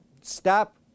stop